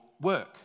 work